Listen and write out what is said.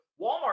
Walmart